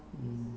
mm